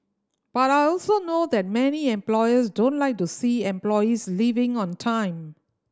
but I also know that many employers don't like to see employees leaving on time